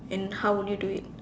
and how would you do it